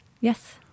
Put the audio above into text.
Yes